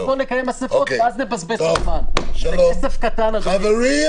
לאפשר גם לבית המשפט להעביר עד 150,000 שקלים לרשם ההוצאה לפועל,